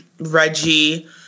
Reggie